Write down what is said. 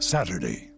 Saturday